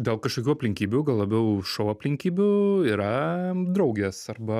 dėl kažkokių aplinkybių gal labiau šou aplinkybių yra draugės arba